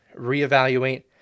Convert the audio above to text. reevaluate